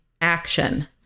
action